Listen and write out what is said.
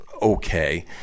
Okay